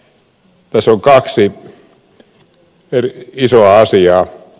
tässä on kaksi isoa asiaa